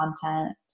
content